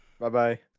Bye-bye